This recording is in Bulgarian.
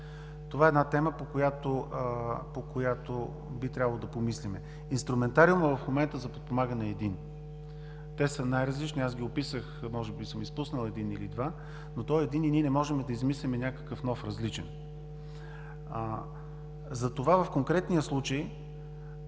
Това е една тема, по която би трябвало да помислим. Инструментариумът в момента за подпомагане е един. Те са най-различни, аз ги описах, може би съм изпуснал един или два, но той е един и ние не можем да измислим някакъв нов, различен. Затова в конкретния случай